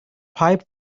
pipe